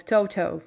Toto